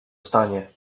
stanie